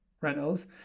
rentals